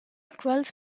quels